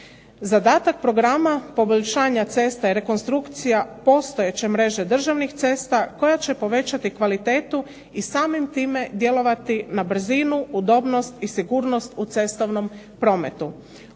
Zadatak programa poboljšanja ceste, rekonstrukcija postojeće mreže državnih cesta koja će povećati kvalitetu i samim time djelovati na brzinu, udobnost i sigurnost u cestovnom prometu.